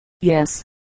yes